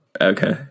Okay